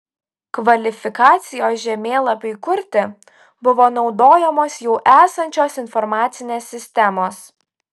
kvalifikacijos žemėlapiui kurti buvo naudojamos jau esančios informacinės sistemos